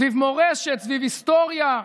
סביב מורשת, סביב היסטוריה,